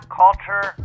culture